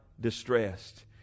distressed